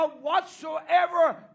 whatsoever